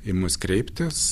į mus kreiptis